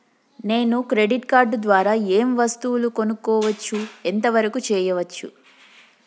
నేను credit card ద్వారా ఏం వస్తువులు కొనుక్కోవచ్చు ఎంత వరకు చేయవచ్చు?